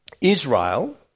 Israel